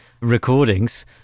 recordings